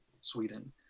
Sweden